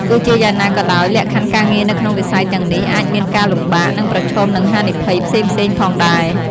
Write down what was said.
ទោះជាយ៉ាងណាក៏ដោយ លក្ខខណ្ឌការងារនៅក្នុងវិស័យទាំងនេះអាចមានការលំបាក និងប្រឈមនឹងហានិភ័យផ្សេងៗផងដែរ ។